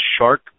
shark